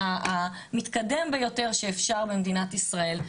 המתקדם ביותר שאפשר במדינת ישראל,